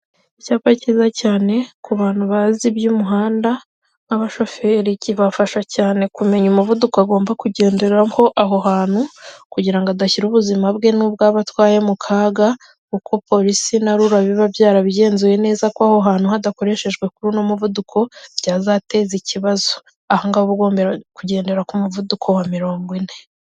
Icyapa cyiza cyane ku bantu bazi iby'umuhanda nk'abashoferi, kibafasha cyane kumenya umuvuduko agomba kugenderaho aho hantu, kugirango adashyira ubuzima bwe n'ubwabo atwaye mu kaga, kuko polisi na rura biba byarabigenzuye neza ko aho hantu hadakoreshejwe kuri uno muvuduko byazateza ikibazo. Ahongaho uba ugomba kugendera ku muvuduko wa mirongo ine.